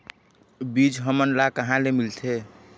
बीज हमन ला कहां ले मिलथे?